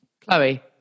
chloe